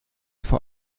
vor